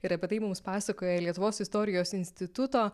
ir apie tai mums pasakoja lietuvos istorijos instituto